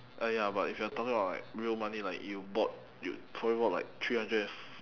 uh ya but if you're talking about like real money like you bought you probably bought like three hundred and f~